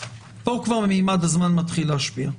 פה כבר ממד הזמן מתחיל להשפיע,